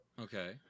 Okay